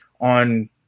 on